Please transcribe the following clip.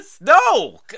No